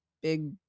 big